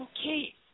Okay